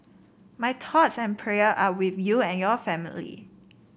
my thoughts and prayer are with you and your family